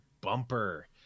bumper